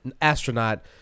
astronaut